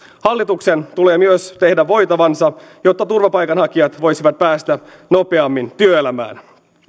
hallituksen tulee myös tehdä voitavansa jotta turvapaikanhakijat voisivat päästä nopeammin työelämään